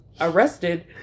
arrested